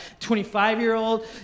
25-year-old